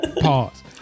Pause